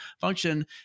function